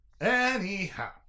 anyhow